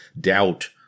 doubt